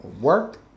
work